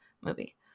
movie